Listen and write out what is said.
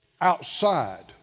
outside